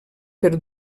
per